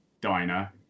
diner